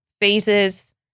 phases